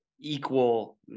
equal